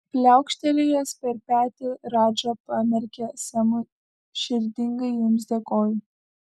pliaukštelėjęs per petį radža pamerkė semui širdingai jums dėkoju